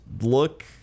look